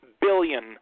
billion